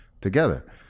together